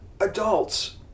adults